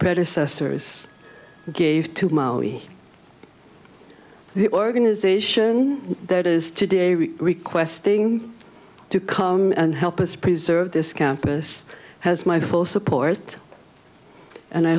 predecessors gave to the organization that is today we request thing to come and help us preserve this campus has my full support and i